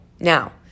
Now